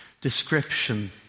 description